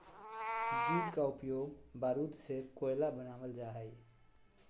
jute का उपयोग बारूद से कोयला बनाल जा हइ